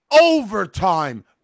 overtime